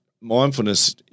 mindfulness